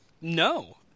No